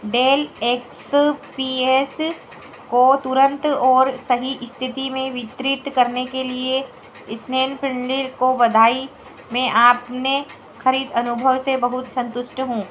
del X P S को तुरंत और सही स्थिति में वितरित करने के लिए इस्नैपंडील को बधाई मैं अपने ख़रीद अनुभव से बहुत संतुष्ट हूँ